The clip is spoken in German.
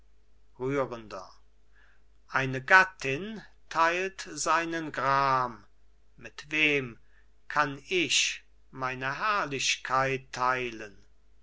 rührender eine gattin teilt seinen gram mit wem kann ich meine herrlichkeit teilen